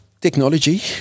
Technology